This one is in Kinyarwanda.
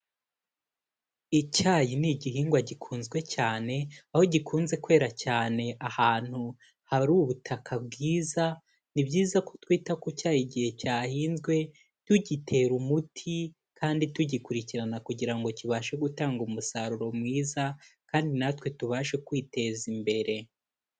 Icyayi ni igihingwa gikunzwe cyane, aho gikunze kwera cyane ahantu hari ubutaka bwiza, ni byiza ko twita ku cyayi igihe cyahinzwe tugitera umuti kandi tugikurikirana kugira ngo kibashe gutanga umusaruro mwiza kandi natwe tubashe kwiteza imbere.